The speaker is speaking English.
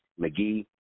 McGee